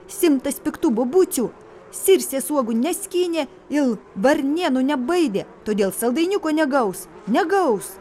simtas piktų bobucių sirsės uogų neskynė ir varnėnų nebaidė todėl saldainiuko negaus negaus